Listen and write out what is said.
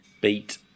beat